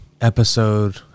episode